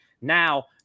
now